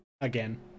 Again